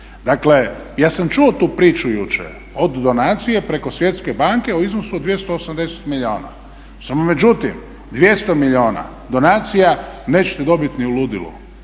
Dakle, ja sam čuo tu priču jučer, od donacije preko Svjetske banke o iznosu od 280 milijuna. Međutim, 200 milijuna donacija nećete dobiti ni u ludilu,